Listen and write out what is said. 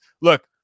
look